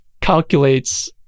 calculates